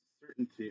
certainty